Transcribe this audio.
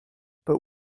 but